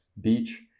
beach